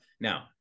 Now